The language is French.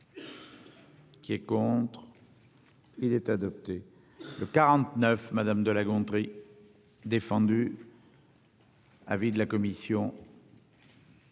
Qui est contre. Il est adopté. Le 49. Madame de La Gontrie. Défendu. Avis de la commission.